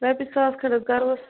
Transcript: رۄپیہِ ساس کھٔنٛڈ حظ کَرہوس